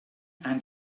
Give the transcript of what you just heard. and